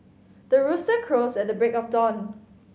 the rooster crows at the break of dawn